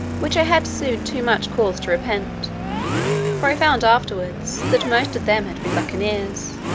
which i had soon too much cause to repent for i found afterwards, that most of them had been buccaneers.